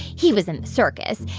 he was in the circus.